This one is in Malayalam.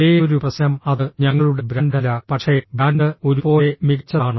ഒരേയൊരു പ്രശ്നം അത് ഞങ്ങളുടെ ബ്രാൻഡല്ല പക്ഷേ ബ്രാൻഡ് ഒരുപോലെ മികച്ചതാണ്